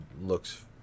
looks